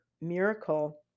miracle